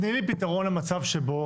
תני לי פתרון למצב שבו